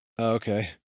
Okay